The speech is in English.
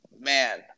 man